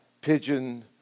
pigeon